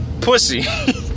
pussy